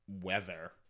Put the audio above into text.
weather